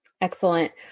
Excellent